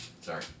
sorry